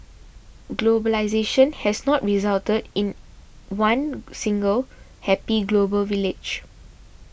globalisation has not resulted in one single happy global village